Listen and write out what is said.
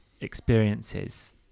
experiences